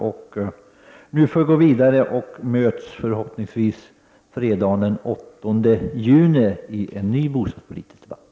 Vi får nu gå vidare, och vi möts förhoppningsvis fredagen den 8 juni i en ny bostadspolitisk debatt.